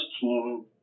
team